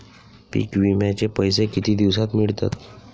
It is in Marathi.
पीक विम्याचे पैसे किती दिवसात मिळतात?